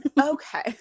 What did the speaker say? Okay